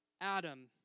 Adam